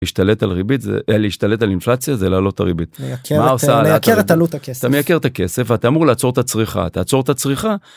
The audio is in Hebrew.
להשתלט על ריבית זה, להשתלט על אינפלציה זה להעלות את הריבית. מה עושה העלאת...? אתה מייקר את הכסף, אתה אמור לעצור את הצריכה, תעצור את הצריכה.